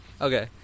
okay